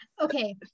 okay